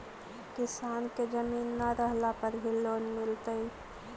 किसान के जमीन न रहला पर भी लोन मिलतइ?